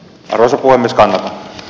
turkua mistään